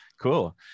Cool